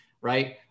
right